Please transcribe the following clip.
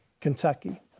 Kentucky